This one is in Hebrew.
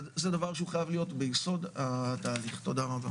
זה דבר שהוא חייב להיות ביסוד התהליך, תודה רבה.